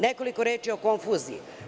Nekoliko reči o konfuziji.